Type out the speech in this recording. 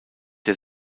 der